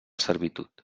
servitud